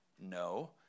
No